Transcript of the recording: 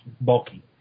bulky